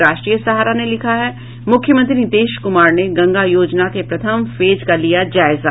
राष्ट्रीय सहारा ने लिखा है मुख्यमंत्री नीतीश कुमार ने गंगा योजना के प्रथम फेज का लिया जायजा